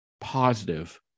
positive